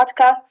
podcasts